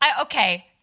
Okay